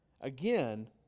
Again